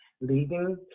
leaving